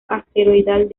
asteroidal